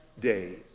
days